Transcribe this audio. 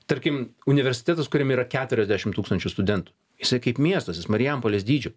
tarkim universitetas kuriam yra keturiasdešim tūkstančių studentų jisai kaip miestas jis marijampolės dydžio